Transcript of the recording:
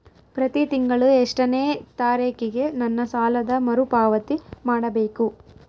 ಪ್ರತಿ ತಿಂಗಳು ಎಷ್ಟನೇ ತಾರೇಕಿಗೆ ನನ್ನ ಸಾಲದ ಮರುಪಾವತಿ ಮಾಡಬೇಕು?